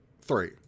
three